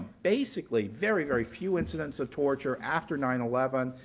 basically very, very few incidents of torture after nine eleven.